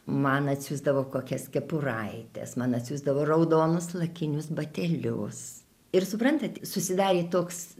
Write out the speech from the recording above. man atsiųsdavo kokias kepuraites man atsiųsdavo raudonus lakinius batelius ir suprantat susidarė toks